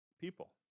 People